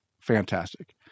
fantastic